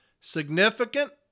Significant